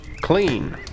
clean